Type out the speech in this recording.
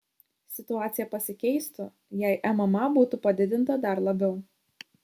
situacija pasikeistų jei mma būtų padidinta dar labiau